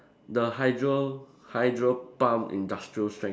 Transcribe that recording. the hydro hydro pump industrial strength